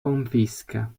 confisca